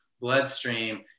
bloodstream